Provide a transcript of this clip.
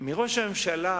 מראש הממשלה,